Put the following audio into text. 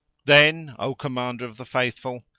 then, o commander of the faithful,